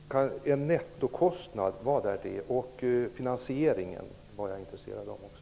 Herr talman! Vad är en nettokostnad? Jag var också intresserad av finansieringen.